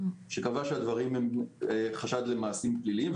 שקבע שיש חשד למעשים פליליים.